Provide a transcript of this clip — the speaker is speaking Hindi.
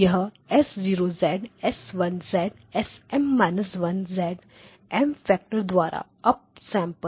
यह S0 S1 SM−1 M M factor द्वारा अप सैंपल